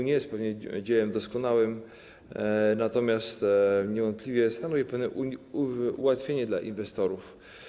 Nie jest on pewnie dziełem doskonałym, natomiast niewątpliwie stanowi pewne ułatwienie dla inwestorów.